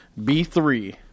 B3